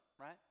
right